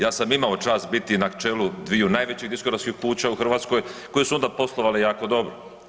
Ja sam imao čast biti i na čelu dviju najvećih diskografskih kuća u Hrvatskoj, koje su onda poslovale jako dobro.